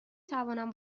توانم